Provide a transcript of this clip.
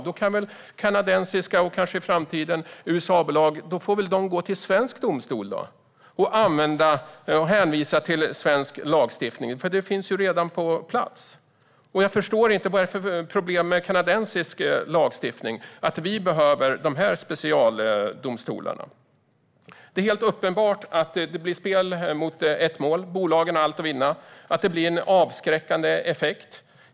Då kan väl kanadensiska och i framtiden även amerikanska bolag gå till svensk domstol och hänvisa till svensk lagstiftning? Den finns ju redan på plats. Jag förstår inte vad det är för problem med kanadensisk lagstiftning för att vi ska behöva dessa specialdomstolar. Det är uppenbart att det blir spel mot ett mål. Bolagen har allt att vinna. Det blir en avskräckande effekt.